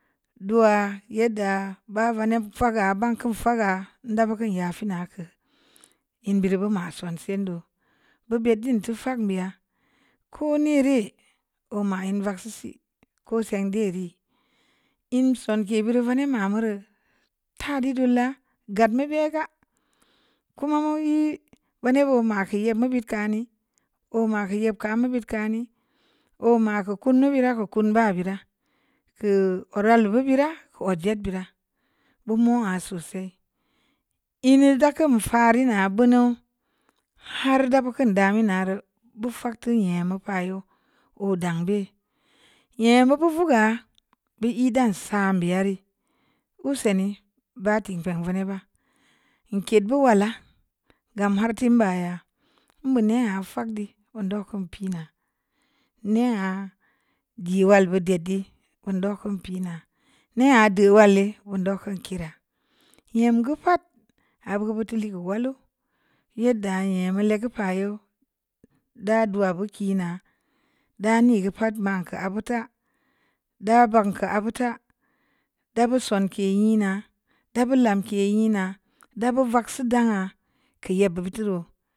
Du'a yaddə ba vani ‘i’ faga banku faga ndaku yə fina ko ln biri mu ma sun sindu bu bi din tu fag biya kone reu oma ‘i’ vak siisi ko sin diri ən so biri vani ma murə ta di loola gət mi bi gə kuma ma ‘i’ vani mu mak yi ma vid kani ‘o’ ma ye ma bid kam ‘o’ ma kannu birə kun ba birə kə oral bibi rə ko jid birə bumu ma sosai ən nu daka mu fari na bunu har də bun də mina rə bu fag ti nyami payu ‘o’ dam beu nyami pavugə bu i dan sa biyi rii usai ni ba ti van vani ba nket buwalla gəm har timba yə ln muni a fag di undo ku pina niha diwalle ndoku kira yim gə paat har gu bu ti le walu yiddə yim le gu payu də du'a bu kina dani gə pat mə kə buta də bang kə butə dabu sonkə yi nə dabu lamke'i na dabu vaksi da'a ki yib butureu.